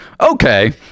okay